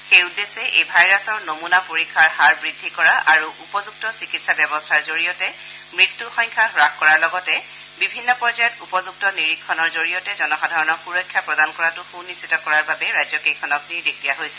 সেই উদ্দেশ্যে এই ভাইৰাছৰ নমূনা পৰীক্ষাৰ হাৰ বৃদ্ধি কৰা আৰু উপযুক্ত চিকিৎসা ব্যৱস্থাৰ জৰিয়তে মৃত্যুৰ পৰিমাণ হ্ৰাস কৰাৰ জৰিয়তে বিভিন্ন পৰ্যায়ত উপযুক্ত নিৰীক্ষণৰ জৰিয়তে জনসাধাৰণক সুৰক্ষা প্ৰদান কৰাটো সুনিশ্চিত কৰাৰ বাবে ৰাজ্যকেইখনক নিৰ্দেশ দিয়া হৈছে